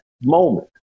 moment